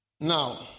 Now